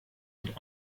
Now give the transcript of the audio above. mit